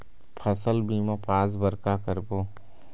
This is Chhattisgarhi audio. फसल बीमा पास बर का करबो?